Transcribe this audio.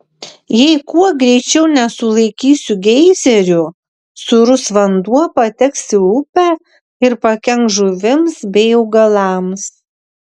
jei kuo greičiau nesulaikysiu geizerių sūrus vanduo pateks į upę ir pakenks žuvims bei augalams